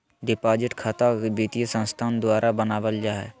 deposit खता वित्तीय संस्थान द्वारा बनावल जा हइ